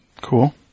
Cool